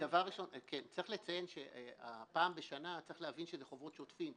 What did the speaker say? צריך לציין שפעם בשנה זה חובות שוטפים.